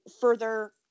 further